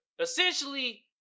essentially